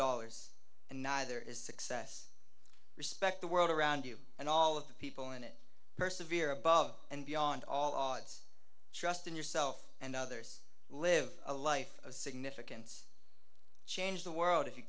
dollars and neither is success respect the world around you and all of the people in it perseverance above and beyond all odds trust in yourself and others who live a life of significance change the world if you